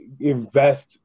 invest